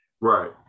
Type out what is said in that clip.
right